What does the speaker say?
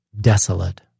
desolate